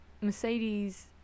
mercedes